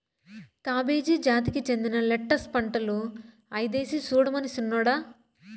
cabbage జాతికి చెందిన lettuce పంటలు ఐదేసి సూడమను సిన్నోడా